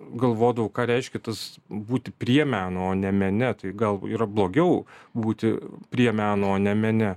galvodavau ką reiškia tas būti prie meno o ne mene tai gal yra blogiau būti prie meno o ne mene